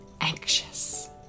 anxious